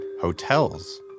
Hotels